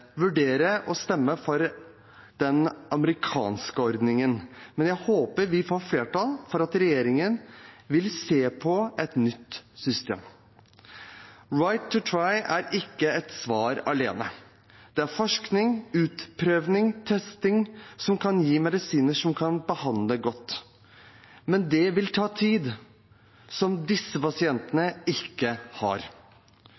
vurdere å stemme for den amerikanske ordningen, men jeg håper vi får flertall for at regjeringen vil se på et nytt system. «Right to try» er ikke et svar alene. Det er forskning, utprøving og testing som kan gi medisiner som kan behandle godt. Men det vil ta tid, noe disse pasientene